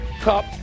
Cup